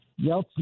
Yeltsin